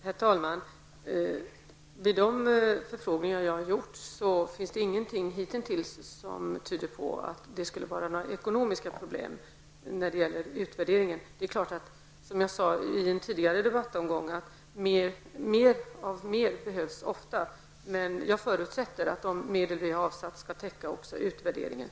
Herr talman! Vid de förfrågningar som jag har gjort finns det inget som hitintills tyder på att det skulle finnas ekonomiska problem för utvärderingen. Som jag sade i en tidigare debattomgång behövs ofta mer av medel. Jag förutsätter att de medel som har avsatts också skall täcka utvärderingen.